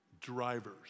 drivers